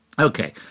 Okay